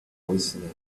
listening